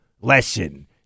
lesson